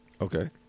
Okay